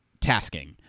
tasking